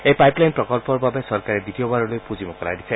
এই পাইপলাইন প্ৰকল্পৰ বাবে চৰকাৰে দ্বিতীয়বাৰলৈ পুঁজি মোকলাই দিছে